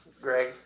Greg